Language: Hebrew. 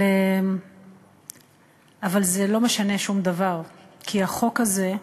אבל זה לא משנה שום דבר, כי החוק הזה,